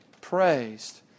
praised